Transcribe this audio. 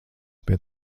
pie